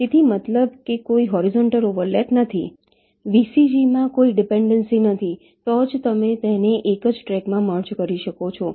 તેથી મતલબ કે કોઈ હોરિઝોન્ટલ ઓવર લેપ નથી VCG માં કોઈ ડીપેણ્ડેંસી નથી તો જ તમે તેને એક જ ટ્રેકમાં મર્જ કરી શકો છો